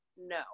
No